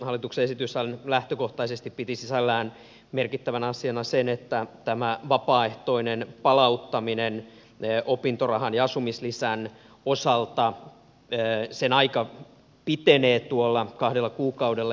hallituksen esityshän lähtökohtaisesti piti sisällään merkittävänä asiana sen että tämän vapaaehtoisen opintorahan ja asumislisän palauttamisen aika pitenee tuolla kahdella kuukaudella